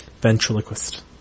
ventriloquist